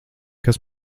kas